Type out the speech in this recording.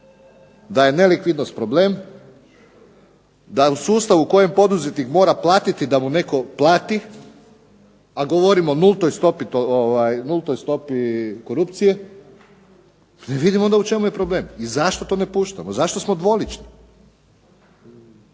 da je nelikvidnost problem, da u sustavu u kojem poduzetnik mora platiti da mu netko plati, a govorim o nultoj stopi korupcije ne vidim onda u čemu je problem i zašto to ne puštamo i zašto smo dvolični.